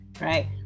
right